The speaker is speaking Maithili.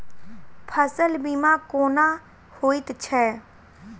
फसल बीमा कोना होइत छै?